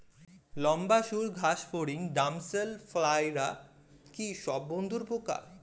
লম্বা সুড় ঘাসফড়িং ড্যামসেল ফ্লাইরা কি সব বন্ধুর পোকা?